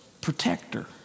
protector